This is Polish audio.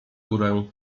górę